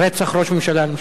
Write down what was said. רצח ראש ממשלה למשל?